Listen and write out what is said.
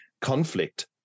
conflict